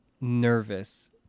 nervous